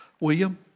William